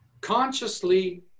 Consciously